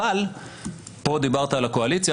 אבל פה דיברת על הקורלציה,